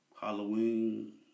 Halloween